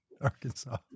Arkansas